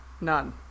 None